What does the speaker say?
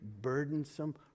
burdensome